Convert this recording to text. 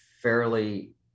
fairly